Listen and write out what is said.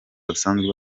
basanzwe